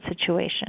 situation